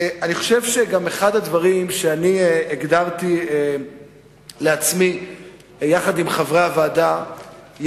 אחד הדברים שאני הגדרתי לעצמי יחד עם חברי הוועדה הוא